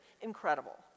incredible